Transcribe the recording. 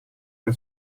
era